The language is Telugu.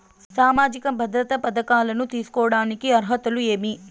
సామాజిక భద్రత పథకాలను తీసుకోడానికి అర్హతలు ఏమి?